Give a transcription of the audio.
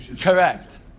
Correct